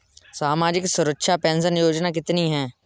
सामाजिक सुरक्षा पेंशन योजना कितनी हैं?